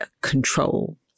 control